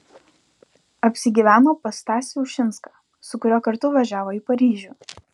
apsigyveno pas stasį ušinską su kuriuo kartu važiavo į paryžių